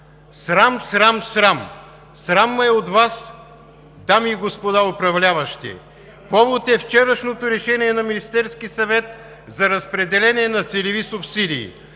„Срам, срам, срам! Срам ме е от Вас, дами и господа управляващи! Повод е вчерашното решение на Министерския съвет за разпределение на целеви субсидии.